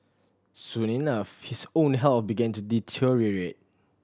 soon enough his own health began to deteriorate